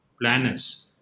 planners